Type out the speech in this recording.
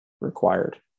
required